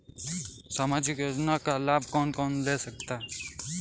सामाजिक योजना का लाभ कौन कौन ले सकता है?